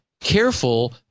careful